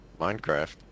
minecraft